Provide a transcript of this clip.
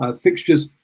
fixtures